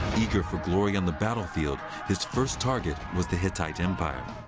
eager for glory on the battlefield, his first target was the hittite empire.